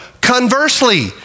Conversely